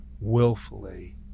willfully